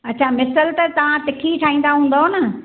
अच्छा मिसल त तव्हां तिखी ठाहींदा हूंदव न